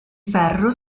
ferro